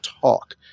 talk